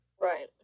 right